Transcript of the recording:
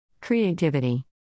creativity